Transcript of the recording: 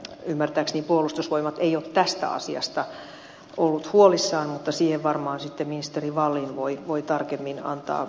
ymmärtääkseni puolustusvoimat ei ole tästä asiasta ollut huolissaan mutta siihen varmaan sitten ministeri wallin voi tarkemmin antaa valistusta